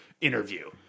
interview